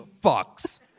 fucks